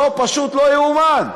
פשוט לא יאומן.